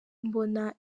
mbona